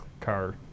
car